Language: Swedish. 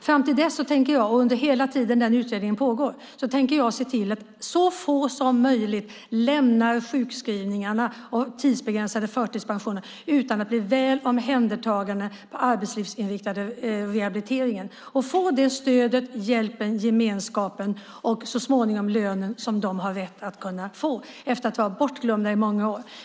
Under tiden fram till dess och hela tiden den utredningen pågår tänker jag se till att så få som möjligt lämnar sjukskrivning och tidsbegränsad förtidspension utan att bli väl omhändertagna i arbetslivsinriktad rehabilitering. De ska få det stöd, den hjälp och gemenskap och så småningom den lön som de har rätt att få efter att ha varit bortglömda i många år.